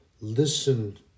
listen